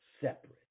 separate